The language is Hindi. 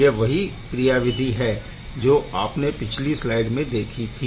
यह वही क्रियाविधि है जो हमने पिछली स्लाइड में देखी थी